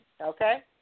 Okay